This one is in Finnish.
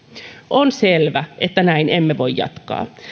on selvä että näin emme voi jatkaa